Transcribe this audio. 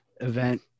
event